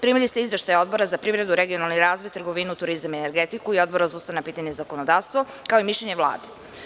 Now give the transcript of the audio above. Primili ste izveštaje Odbora za privredu, regionalni razvoj, trgovinu, turizam i energetiku i Odbora za ustavna pitanja i zakonodavstvo, kao i mišljenje Vlade.